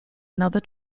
another